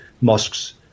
mosques